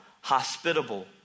hospitable